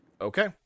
Okay